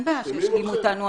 אין בעיה שישלימו אותנו,